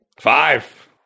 Five